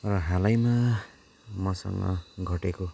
हालैमा मसँग घटेको